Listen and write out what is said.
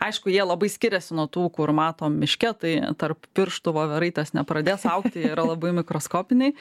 aišku jie labai skiriasi nuo tų kur matom miške tai tarp pirštų voveraitės nepradės augti yra labai mikroskopiniai